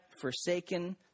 forsaken